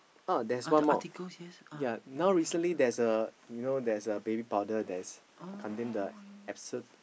oh there's one more yea now recently there's you know there's a baby powder there's contain the asbestos